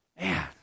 man